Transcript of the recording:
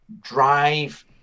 drive